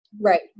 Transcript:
Right